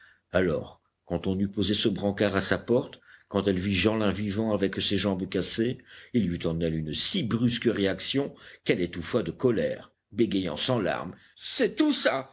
alors quand on eut posé ce brancard à sa porte quand elle vit jeanlin vivant avec ses jambes cassées il y eut en elle une si brusque réaction qu'elle étouffa de colère bégayant sans larmes c'est tout ça